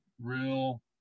real